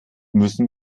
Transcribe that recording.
müssen